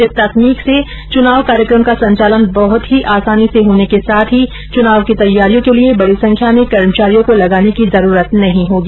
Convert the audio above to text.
इस तकनीक से चुनाव कार्येक्रम का संचालन बहुत ही आसानी से होने के साथ चुनाव की तैयारियों के लिए बड़ी संख्या में कर्मचारियों को लगाने की जरूरत नहीं होगी